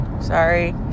Sorry